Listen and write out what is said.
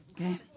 Okay